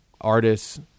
artists